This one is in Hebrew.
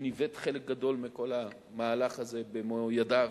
שניווט חלק גדול מכל המהלך הזה במו ידיו,